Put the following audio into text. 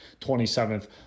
27th